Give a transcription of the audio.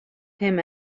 him